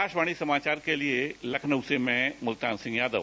आकाशवाणी समाचार के लिए लखनऊ से मुल्तान सिंह यादव